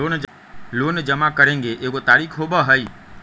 Loan जमा करेंगे एगो तारीक होबहई?